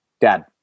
Dad